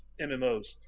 MMOs